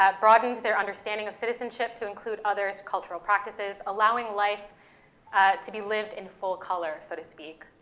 ah broadened their understanding of citizenship to include others cultural practices, allowing life to be lived in full color, so to speak.